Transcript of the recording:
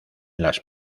las